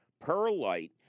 perlite